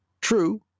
True